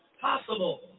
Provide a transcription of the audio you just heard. possible